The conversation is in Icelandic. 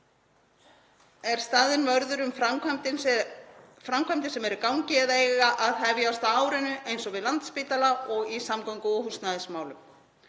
er staðinn vörður um framkvæmdir sem eru í gangi eða eiga að hefjast á árinu eins og við Landspítala og í samgöngu- og húsnæðismálum.